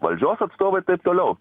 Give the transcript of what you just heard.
valdžios atstovai taip toliau